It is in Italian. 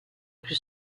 più